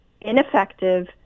ineffective